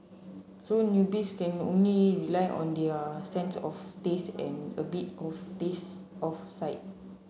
so newbies can only rely on their sense of taste and a bit of sense of sight